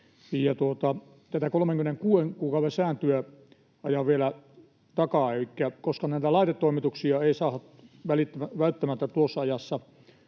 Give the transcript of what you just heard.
Tätä 36 kuukauden sääntöä ajan vielä takaa, elikkä koska näitä laitetoimituksia ei saada välttämättä tuossa ajassa